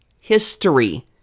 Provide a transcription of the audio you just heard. history